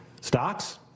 Stocks